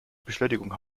beschleunigung